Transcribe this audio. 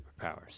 superpowers